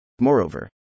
Moreover